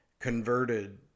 converted